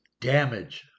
damage